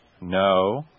No